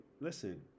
listen